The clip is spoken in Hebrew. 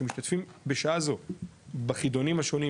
שמשתתפים בשעה זו בחידונים השונים,